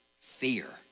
fear